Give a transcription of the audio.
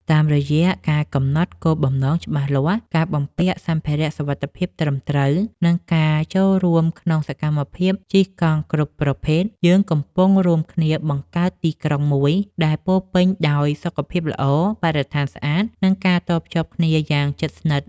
តាមរយៈការកំណត់គោលបំណងច្បាស់លាស់ ការបំពាក់សម្ភារៈសុវត្ថិភាពត្រឹមត្រូវ និងការចូលរួមក្នុងសកម្មភាពជិះកង់គ្រប់ប្រភេទ យើងកំពុងរួមគ្នាបង្កើតទីក្រុងមួយដែលពោរពេញដោយ សុខភាពល្អ បរិស្ថានស្អាត និងការតភ្ជាប់គ្នាយ៉ាងជិតស្និទ្ធ។